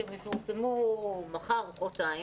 כי הן יפורסמו מחר או מוחרתיים,